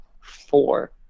four